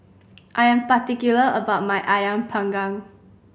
I am particular about my Ayam Panggang